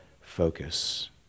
focus